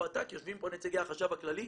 יושבים פה נציגי חשב הכללי,